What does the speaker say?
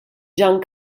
gian